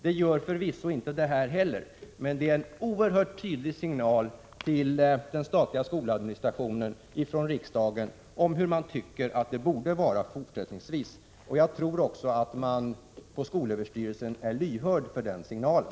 Det gör förvisso inte utskottsskrivningen nu heller, men den är en oerhört tydlig signal till den statliga skoladministrationen från riksdagen om hur riksdagen tycker att det borde vara fortsättningsvis. Jag tror att man på skolöverstyrelsen är lyhörd för den signalen.